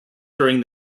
during